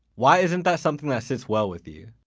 why isn't that something that sits well with you?